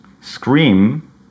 scream